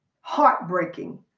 Heartbreaking